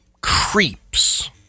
creeps